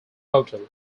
hotel